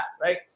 Right